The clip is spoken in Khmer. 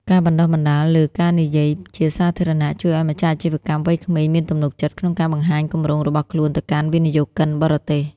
ការបណ្ដុះបណ្ដាលលើ "ការនិយាយជាសាធារណៈ" ជួយឱ្យម្ចាស់អាជីវកម្មវ័យក្មេងមានទំនុកចិត្តក្នុងការបង្ហាញគម្រោងរបស់ខ្លួនទៅកាន់វិនិយោគិនបរទេស។